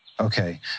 Okay